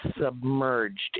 submerged